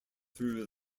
through